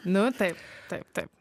nu taip taip taip